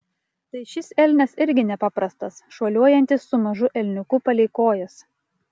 tai šis elnias irgi nepaprastas šuoliuojantis su mažu elniuku palei kojas